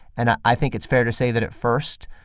and i i think it's fair to say that, at first,